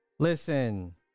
Listen